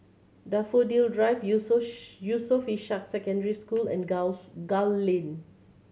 Daffodil Drive Yusof Ishak Secondary School and Gul Lane